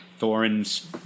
Thorin's